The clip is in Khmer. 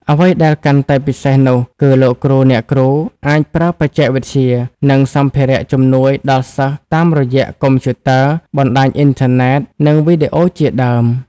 អ្វីដែលកាន់តែពិសេសនោះគឺលោកគ្រូអ្នកគ្រូអាចប្រើបច្ចេកវិទ្យា និងសម្ភារៈជំនួយដល់សិស្សតាមរយៈ កុំព្យូទ័រ បណ្ដាញអុីនធឺណេតនិងវីដេអូជាដើម។